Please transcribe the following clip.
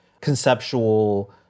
conceptual